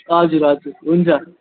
हजुर हजुर हुन्छ